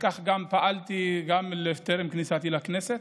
וכך גם פעלתי, גם טרם כניסתי לכנסת.